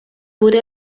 wurde